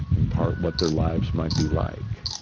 in part, what their lives might be like.